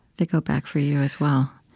that go back for you as well?